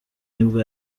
nibwo